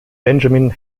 benjamin